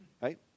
right